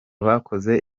bakoze